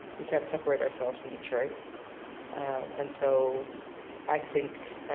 we can't separate ourselves from detroit and so i think